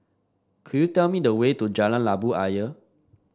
could you tell me the way to Jalan Labu Ayer